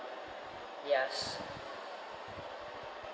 yes